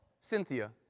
Cynthia